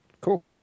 Cool